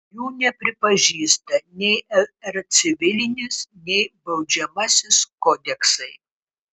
jų nepripažįsta nei lr civilinis nei baudžiamasis kodeksai